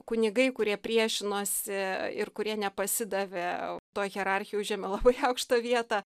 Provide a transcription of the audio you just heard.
kunigai kurie priešinosi ir kurie nepasidavė toj hierarchijoj užėmė labai aukštą vietą